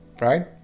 Right